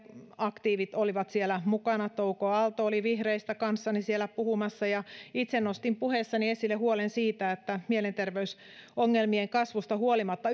aktiivit olivat siellä mukana ja touko aalto oli vihreistä kanssani siellä puhumassa itse nostin puheessani esille huolen siitä että mielenterveysongelmien kasvusta huolimatta